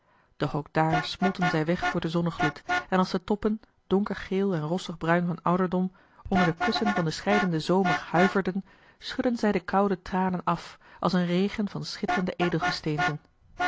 doch ook daar smolten zij weg voor den zonnegloed en als de toppen donkergeel en rossigbruin van ouderdom onder de kussen van den scheidenden zomer huiverden schudden zij de koude tranen af als een regen van schitterende